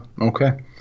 Okay